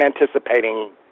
anticipating